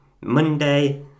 Monday